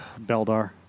Beldar